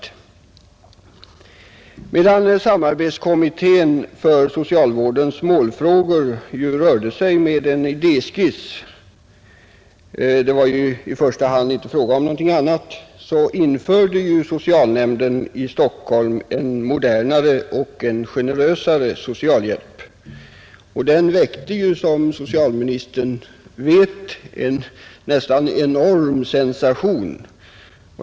Medan samarbetskommittén för socialvårdens målfrågor rörde sig med en idéskiss — det var i första hand inte fråga om något annat — införde socialnämnden i Stockholm en modernare och generösare socialhjälp. Den väckte som socialministern vet en nästan enorm sensation.